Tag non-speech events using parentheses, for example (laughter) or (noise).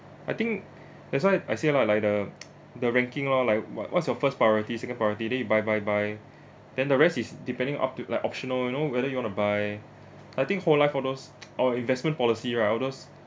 I think that's why I say lah like the (noise) the ranking lor like what what's your first priority second priority then you buy buy buy then the rest is depending up to like optional you know whether you want to buy I think whole life all those (noise) or investment policy right all those